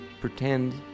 pretend